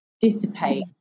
dissipate